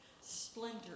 splendor